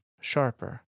Sharper